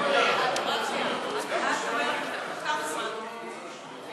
גברתי השרה, השרה, את אומרת שתוך כמה זמן, היא